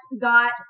got